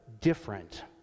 different